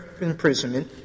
imprisonment